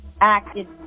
acted